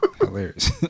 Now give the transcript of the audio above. hilarious